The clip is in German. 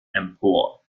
empor